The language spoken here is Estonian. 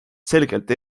selgelt